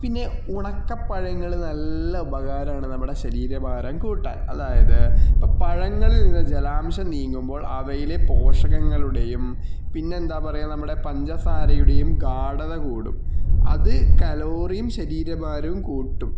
പിന്നെ ഉണക്ക പഴങ്ങൾ നല്ല ഉപകരമാണ് നമ്മുടെ ശരീര ഭാരം കൂട്ടാൻ അതായത് ഇപ്പം പഴങ്ങളിൽ നിന്ന് ജലാംശം നീങ്ങുമ്പോൾ അവയിലെ പോഷകങ്ങളുടെയും പിന്നെ എന്താണ് പറയുക നമ്മുടെ പഞ്ചസാരയുടെയും ഗാഢത കൂടും അത് കലോറീം ശരീര ഭാരോം കൂട്ടും